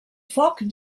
foc